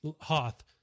Hoth